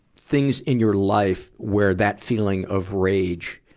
things in your life where that feeling of rage,